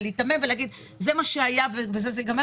או להגיד "זה מה שהיה ובזה זה ייגמר"